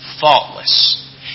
faultless